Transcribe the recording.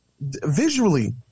Visually